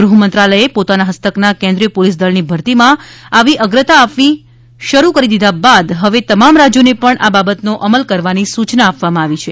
ગૃહ મંત્રાલયે પોતાના હસ્તકના કેન્દ્રિય પોલિસ દળની ભરતીમાં આવી અગ્રતા આપવી શરૂ કરી દીધા બાદ હવે તમામ રાજ્યોને પણ આ બાબતનો અમલ કરવાની સૂચના આપવામાં આવી છે